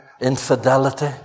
infidelity